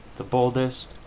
the boldest,